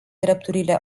drepturile